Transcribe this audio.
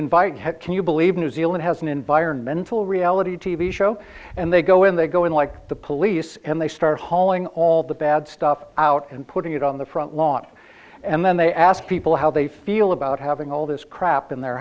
invite can you believe new zealand has an environmental reality t v show and they go in they go in like the police and they start hauling all the bad stuff out and putting it on the front lawn and then they ask people how they feel about having all this crap in their